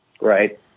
right